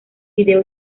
video